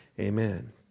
amen